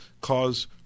cause